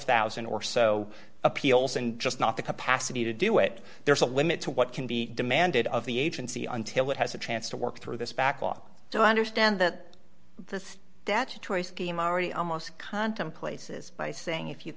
thousand or so appeals and just not the capacity to do it there is a limit to what can be demanded of the agency until it has a chance to work through this back off so i understand that the data choice came already almost contemplates says by saying if you